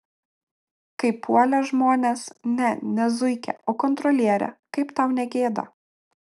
kaip puolė žmonės ne ne zuikę o kontrolierę kaip tau negėda